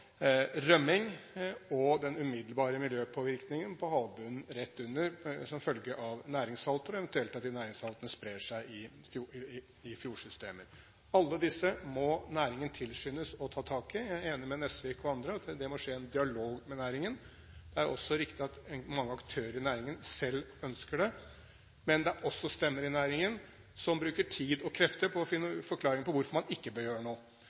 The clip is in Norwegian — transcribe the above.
og den umiddelbare miljøpåvirkningen på havbunnen rett under som følge av næringssalter og eventuelt at de næringssaltene sprer seg i fjordsystemer. Alle disse må næringen tilskyndes å ta tak i. Jeg er enig med representanten Nesvik og andre i at det må skje i dialog med næringen. Det er riktig at mange aktører i næringen selv ønsker det, men det er også stemmer i næringen som bruker tid og krefter på å finne forklaringer på hvorfor man ikke bør gjøre noe.